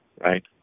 Right